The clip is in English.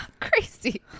crazy